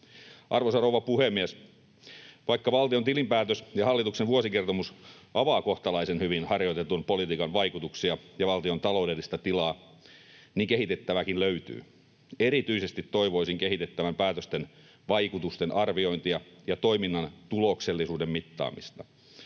Arvoisa rouva puhemies! Vaikka valtion tilinpäätös ja hallituksen vuosikertomus avaavat kohtalaisen hyvin harjoitetun politiikan vaikutuksia ja valtion taloudellista tilaa, niin kehitettävääkin löytyy. Erityisesti toivoisin kehitettävän päätösten vaikutusten arviointia ja toiminnan tuloksellisuuden mittaamista.